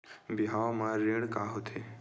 बिहाव म ऋण का होथे?